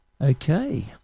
okay